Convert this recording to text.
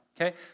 okay